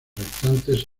restantes